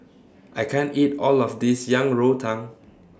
I can't eat All of This Yang Rou Tang